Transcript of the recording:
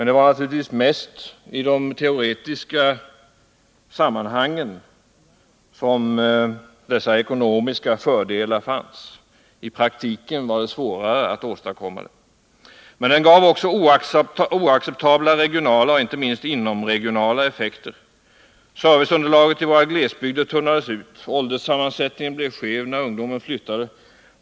Det var naturligtvis oftast i de teoretiska sammanhangen som man kunde finna dessa ekonomiska fördelar. I praktiken var det svårare att åstadkomma sådana. Folkomflyttningen fick också oacceptabla regionala och inte minst inomregionala effekter. Serviceunderlaget i våra glesbygder tunnades ut. Ålderssammansättningen blev skev när ungdomen flyttade.